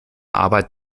arbeit